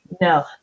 no